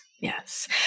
yes